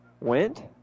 Went